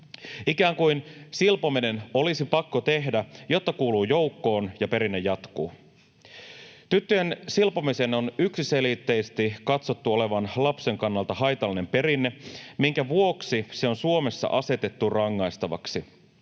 Ikään kuin silpominen olisi pakko tehdä, jotta kuuluu joukkoon ja perinne jatkuu. Tyttöjen silpomisen on yksiselitteisesti katsottu olevan lapsen kannalta haitallinen perinne, minkä vuoksi se on Suomessa asetettu rangaistavaksi,